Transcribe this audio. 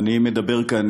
אני מדבר כאן,